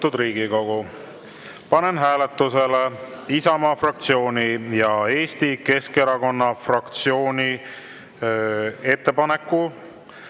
Austatud Riigikogu, panen hääletusele Isamaa fraktsiooni ja Eesti Keskerakonna fraktsiooni ettepaneku